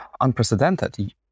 unprecedented